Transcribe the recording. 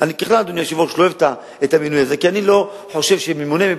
אני כבר מודיע לך באופן ברור: אני אפזר אותם ללא שום היסוס.